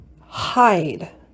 hide